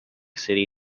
city